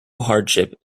hardship